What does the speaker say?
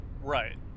Right